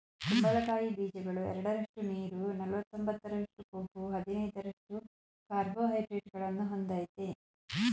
ಕುಂಬಳಕಾಯಿ ಬೀಜಗಳು ಎರಡರಷ್ಟು ನೀರು ನಲವತ್ತೊಂಬತ್ತರಷ್ಟು ಕೊಬ್ಬು ಹದಿನೈದರಷ್ಟು ಕಾರ್ಬೋಹೈಡ್ರೇಟ್ಗಳನ್ನು ಹೊಂದಯ್ತೆ